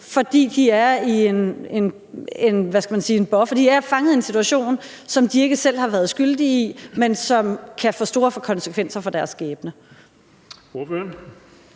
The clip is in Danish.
fra hus og hjem, fordi de er fanget i en situation, som de ikke selv har nogen skyld i, men som kan få store konsekvenser for deres skæbne.